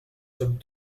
sommes